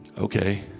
okay